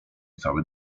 cały